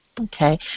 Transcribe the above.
Okay